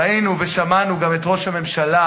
ראינו ושמענו גם את ראש הממשלה,